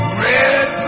red